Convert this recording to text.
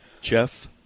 Jeff